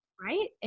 Right